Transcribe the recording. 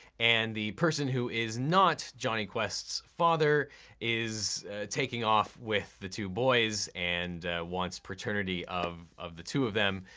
and the person who is not jonny quest's father is taking off with the two boys and wants paternity of of the two of them,